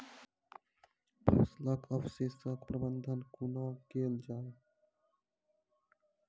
फसलक अवशेषक प्रबंधन कूना केल जाये?